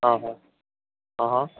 હહ હહ